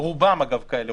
רובם, אגב, כאלה.